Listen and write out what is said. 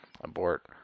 Abort